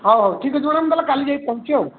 ହଉ ହଉ ଠିକ୍ ଅଛି ମ୍ୟାଡ଼ାମ୍ କାଲି ଯାଇ ପହଞ୍ଚୁଛି ଆଉ